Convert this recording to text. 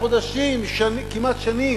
חודשים, כמעט שנים,